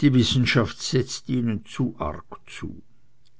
die wissenschaft setzt ihnen zu arg zu